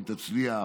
אם תצליח,